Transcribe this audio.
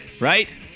right